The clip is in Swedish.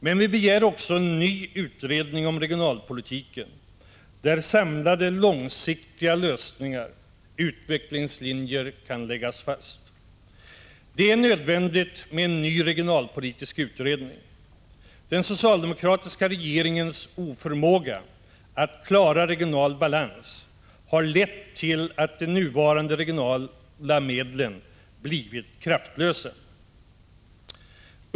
Men vi begär också en ny utredning om regionalpolitiken där samlade långsiktiga lösningar och utvecklingslinjer kan läggas fast. Det är nödvändigt med en ny regionalpolitisk utredning. Den socialdemokratiska regeringens oförmåga att klara regional balans har lett till att de nuvarande regionala medlen blivit kraftlösa.